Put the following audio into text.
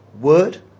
word